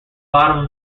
bottom